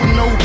no